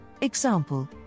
example